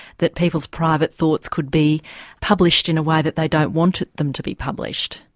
that people's private thoughts could be published in a way that they don't want them to be published.